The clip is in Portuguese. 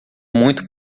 muito